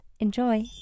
enjoy